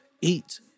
eat